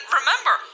remember